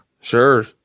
Sure